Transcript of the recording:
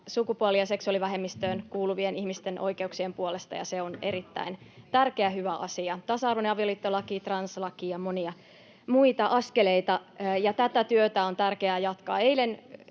sukupuoli- ja seksuaalivähemmistöihin kuuluvien ihmisten oikeuksien puolesta, ja se on erittäin tärkeä ja hyvä asia — tasa-arvoinen avioliittolaki, translaki ja monia muita askeleita — ja tätä työtä on tärkeää jatkaa.